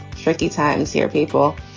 tricky times here, people.